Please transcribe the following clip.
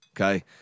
Okay